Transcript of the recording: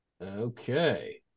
Okay